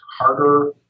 harder